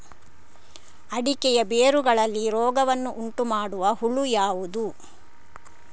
ಅಡಿಕೆಯ ಬೇರುಗಳಲ್ಲಿ ರೋಗವನ್ನು ಉಂಟುಮಾಡುವ ಹುಳು ಯಾವುದು?